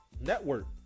network